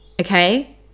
Okay